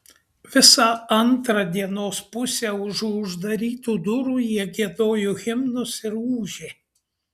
visą antrą dienos pusę užu uždarytų durų jie giedojo himnus ir ūžė